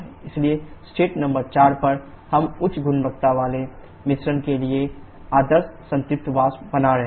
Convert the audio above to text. इसलिए state number 4 पर हम उच्च गुणवत्ता वाले मिश्रण के लिए आदर्श संतृप्त वाष्प बना रहे हैं